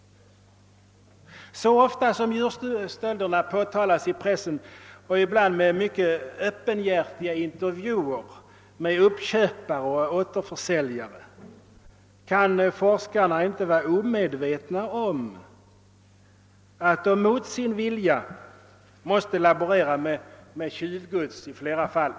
Så ofta som djurstölderna påtalas i pressen, ibland med mycket öppenhjärtiga intervjuer med uppköpare och återförsäljare, kan forskarna inte vara omedvetna om att de mot sin vilja måste laborera med tjuvgods i åtskilliga fall.